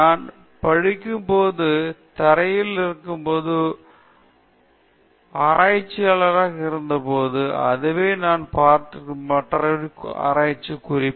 நான் படிக்கும் போது தரையில் இருந்தபோது ஒரு ஆராய்ச்சியாளராக இருந்தபோது அதுவே நான் பார்த்திருக்கின்ற மற்றொரு ஆராய்ச்சிக் குறிப்பு